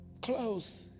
close